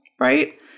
Right